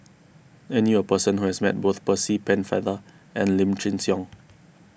I knew a person who has met both Percy Pennefather and Lim Chin Siong